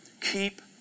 keep